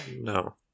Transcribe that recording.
No